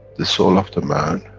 the soul of the man,